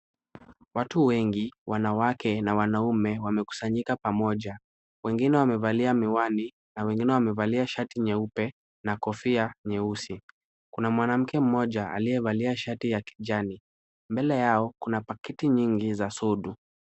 Watu wengi wanawake na wanaume wamekusanyika pamoja. Wengine wamevalia miwani na wengine wamevalia shati nyeupe na kofia nyeusi. Kuna mwanamke mmoja aliyevalia shati ya kijani. Mbele yao kuna paketi nyingi za sodu.